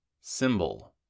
Symbol